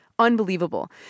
Unbelievable